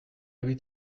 huit